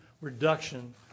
reduction